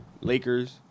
Lakers